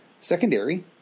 Secondary